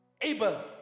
Abel